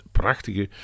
prachtige